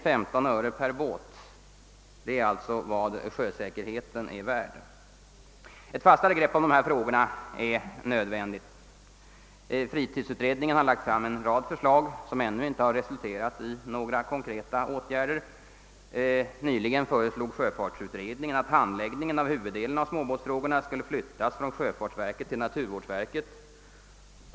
Detta är alltså vad sjösäkerheten är värd. Ett fastare grepp om dessa frågor är nödvändigt. Fritidsutredningen har lagt fram en rad förslag, som ännu inte resulterat i några konkreta åtgärder. Nyligen = föreslog sjöfartsutredningen att handläggningen av huvuddelen av småbåtsfrågorna skulle flyttas från sjöfartsverket till naturvårdsverket.